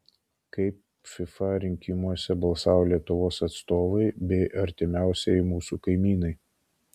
kaip fifa rinkimuose balsavo lietuvos atstovai bei artimiausieji mūsų kaimynai